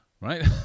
right